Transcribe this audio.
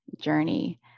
journey